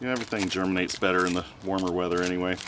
you know everything germinates better in the warmer weather anyway